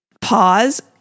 pause